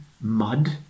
mud